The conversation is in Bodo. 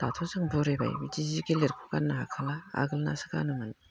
दाथ' जों बुरैबाय बिदि जि गिलिरखो गाननो हाखाला आगोलनासो गानोमोन